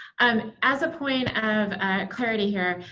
and as a point of clarity here,